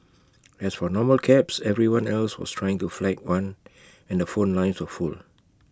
as for normal cabs everyone else was trying to flag one and the phone lines were full